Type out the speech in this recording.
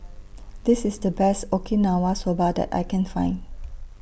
This IS The Best Okinawa Soba that I Can Find